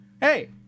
hey